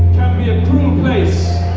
be a cruel place